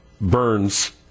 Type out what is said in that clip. Burns